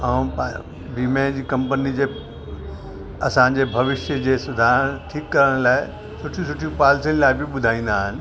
ऐं पै वीमे जी कंपनी जे असांजे भविष्य जे सुधारण ठीकु करण लाइ सुठियूं सुठियूं पालिसी लाइ बि ॿुधाईंदा आहिनि